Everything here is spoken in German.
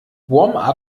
warm